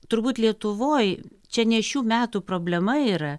turbūt lietuvoj čia ne šių metų problema yra